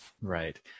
Right